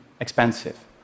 expensive